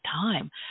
time